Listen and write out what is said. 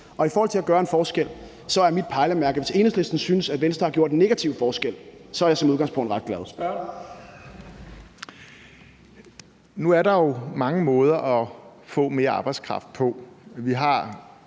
I forhold til at gøre en forskel er mit pejlemærke, at hvis Enhedslisten synes, at Venstre har gjort en negativ forskel, så er jeg som udgangspunkt ret glad. Kl. 11:29 Første næstformand (Leif